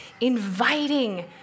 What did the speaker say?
inviting